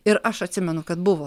ir aš atsimenu kad buvo